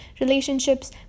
relationships